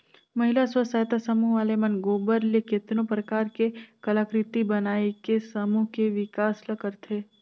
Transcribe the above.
महिला स्व सहायता समूह वाले मन गोबर ले केतनो परकार के कलाकृति बनायके समूह के बिकास ल करथे